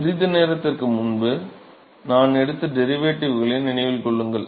சிறிது நேரத்திற்கு முன்பு நாங்கள் எடுத்த டெரிவேட்டிவ்களை நினைவில் கொள்ளுங்கள்